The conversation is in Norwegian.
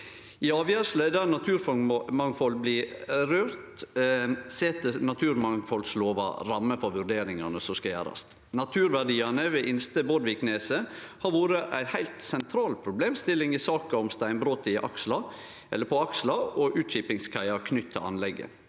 I avgjerder der naturmangfald blir påverka, set naturmangfaldlova rammer for vurderingane som skal gjerast. Naturverdiane ved Inste Bårdvikneset har vore ei heilt sentral problemstilling i saka om steinbrotet på Aksla og utskipingskaia knytt til anlegget.